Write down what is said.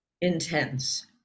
intense